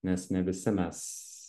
nes ne visi mes